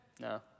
No